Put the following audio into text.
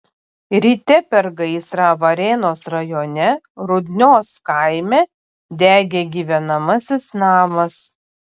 ryte per gaisrą varėnos rajone rudnios kaime degė gyvenamasis namas